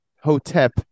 Hotep